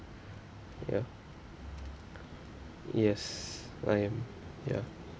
ya yes I am ya